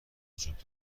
وجود